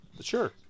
Sure